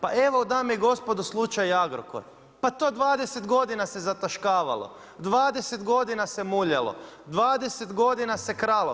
Pa evo dame i gospodo slučaj Agrokor, pa to 20 godina se zataškavalo, 20 godina se muljalo, 20 godina se kralo.